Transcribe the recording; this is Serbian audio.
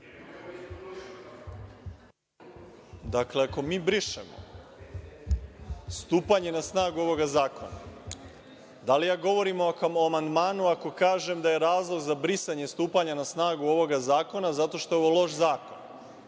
Dakle, ako mi brišemo stupanje na snagu ovog zakona, da li ja govorim o amandmanu ako kažem da je razlog za brisanje stupanja na snagu ovog zakona zato što je ovo loš zakon?